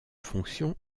fonction